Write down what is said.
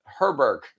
Herberg